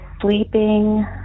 sleeping